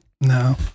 No